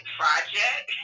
project